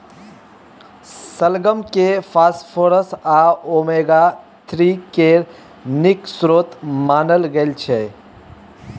शलगम केँ फास्फोरस आ ओमेगा थ्री केर नीक स्रोत मानल गेल छै